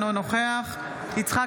אינו נוכח יצחק